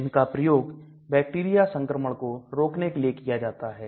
इनका प्रयोग बैक्टीरिया संक्रमण को रोकने के लिए किया जाता है